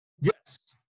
yes